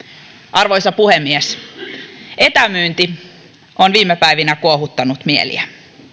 arvoisa puhemies etämyynti on viime päivinä kuohuttanut mieliä